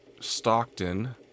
Stockton